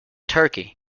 turkey